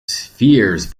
spheres